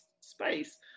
space